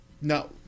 no